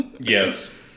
Yes